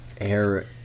air